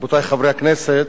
רבותי חברי הכנסת,